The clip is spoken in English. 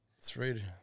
three